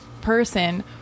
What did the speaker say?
person